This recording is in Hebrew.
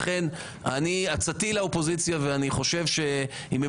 לכן עצתי לאופוזיציה ואני חושב שאם הם